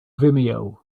vimeo